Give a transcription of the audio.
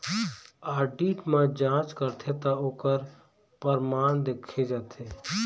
audit म जांच करथे त ओखर परमान देखे जाथे